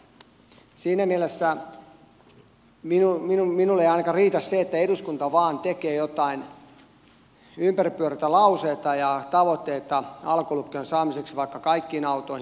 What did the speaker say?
siinä mielessä minulle ei ainakaan riitä se että eduskunta vain tekee joitain ympäripyöreitä lauseita ja tavoitteita alkolukkojen saamiseksi vaikka kaikkiin autoihin